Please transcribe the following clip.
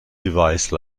device